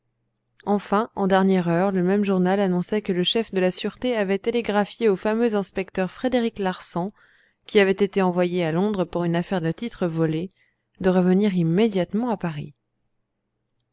enfin en dernière heure le même journal annonçait que le chef de la sûreté avait télégraphié au fameux inspecteur frédéric larsan qui avait été envoyé à londres pour une affaire de titres volés de revenir immédiatement à paris